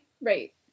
Right